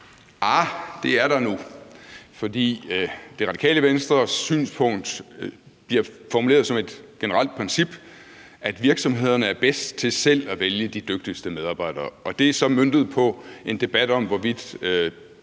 (LA): Det er der nu, for Radikale Venstres synspunkt bliver formuleret som et generelt princip om, at virksomhederne er bedst til selv at vælge de dygtigste medarbejdere. Det er så møntet på en debat om, hvorvidt